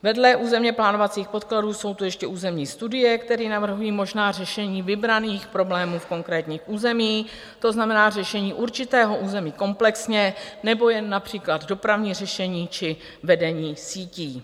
Vedle územněplánovacích podkladů jsou tu ještě územní studie, které navrhují možná řešení vybraných problémů v konkrétních územích, to znamená řešení určitého území komplexně, nebo jen například dopravní řešení či vedení sítí.